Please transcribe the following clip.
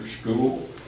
school